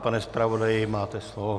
Pane zpravodaji, máte slovo.